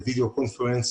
בווידאו קונפרנס,